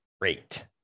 great